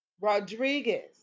Rodriguez